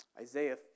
Isaiah